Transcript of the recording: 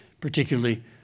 particularly